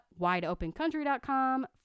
WideOpenCountry.com